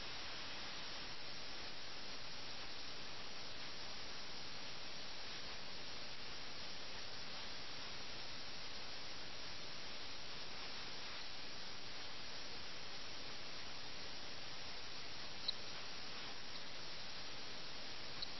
പുതിയ തന്ത്രങ്ങൾ രൂപപ്പെടുത്തുന്നു പുതിയ കാസ്ലിംഗ് നീക്കങ്ങൾ ആവിഷ്കരിച്ചു വാദങ്ങളും ആരോപണങ്ങളും അവിടെ ഉണ്ടാകുന്നു പക്ഷേ ഉടൻ തന്നെ രണ്ട് സുഹൃത്തുക്കളും അനുരഞ്ജനത്തിലാകുന്നു